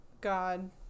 God